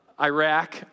Iraq